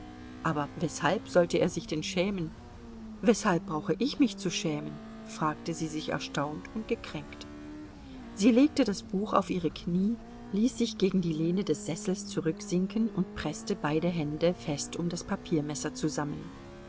aber weshalb sollte er sich denn schämen weshalb brauche ich mich zu schämen fragte sie sich erstaunt und gekränkt sie legte das buch auf ihre knie ließ sich gegen die lehne des sessels zurücksinken und preßte beide hände fest um das papiermesser zusammen